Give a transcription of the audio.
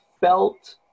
felt